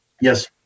Yes